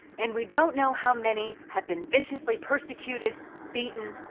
and we don't know how many have been viciously persecuted, beaten,